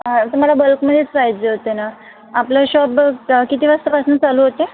मला बल्कमध्येच पाहिजे होते ना आपलं शॉप किती वाजतापासनं चालू होते